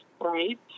right